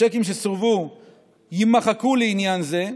הצ'קים שסורבו יימחקו לעניין זה.